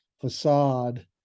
facade